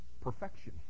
perfection